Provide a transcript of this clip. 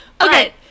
okay